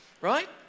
Right